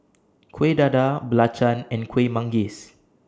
Kueh Dadar Belacan and Kuih Manggis